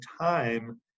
time